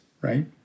right